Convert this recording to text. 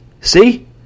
See